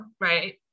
right